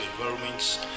environments